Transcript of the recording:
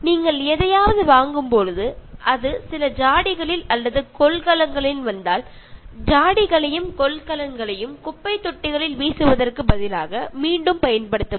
நீங்கள் எதையாவது வாங்கும்போது அது சில ஜாடிகளில் அல்லது கொள்கலன்களில் வந்தால் ஜாடிகளையும் கொள்கலன்களையும் குப்பைத் தொட்டிகளில் வீசுவதற்குப் பதிலாக மீண்டும் பயன்படுத்தவும்